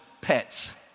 pets